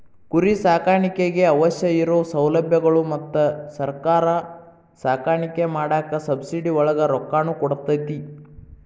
ಕುರಿ ಸಾಕಾಣಿಕೆಗೆ ಅವಶ್ಯ ಇರು ಸೌಲಬ್ಯಗಳು ಮತ್ತ ಸರ್ಕಾರಾ ಸಾಕಾಣಿಕೆ ಮಾಡಾಕ ಸಬ್ಸಿಡಿ ಒಳಗ ರೊಕ್ಕಾನು ಕೊಡತತಿ